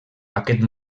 aquest